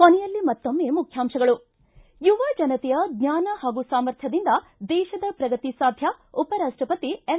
ಕೊನೆಯಲ್ಲಿ ಮತ್ತೊಮ್ನೆ ಮುಖ್ಯಾಂಶಗಳು ಿ ಯುವ ಜನತೆಯ ಜ್ವಾನ ಹಾಗೂ ಸಾಮರ್ಥ್ಯದಿಂದ ದೇತದ ಪ್ರಗತಿ ಸಾಧ್ಯ ಉಪರಾಷ್ಟಪತಿ ಎಂ